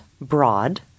broad –